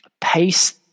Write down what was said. Pace